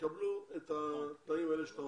יקבלו את התנאים האלה שאתה מדבר עליהם.